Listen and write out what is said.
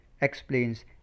explains